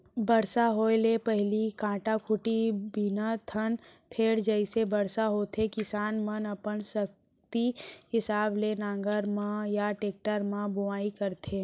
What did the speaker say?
बरसा होए ले पहिली कांटा खूंटी बिनथन फेर जइसे बरसा होथे किसान मनअपन सक्ति हिसाब ले नांगर म या टेक्टर म बोआइ करथन